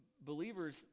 believers